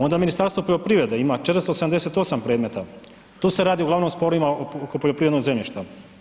Onda Ministarstvo poljoprivrede ima 478 predmeta, tu se radi uglavnom o sporovima oko poljoprivrednog zemljišta.